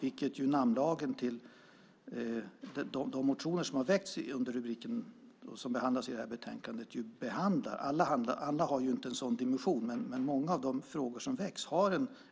Inte alla motioner som behandlas i betänkandet har en sådan dimension, men många av de frågor som väckts har det.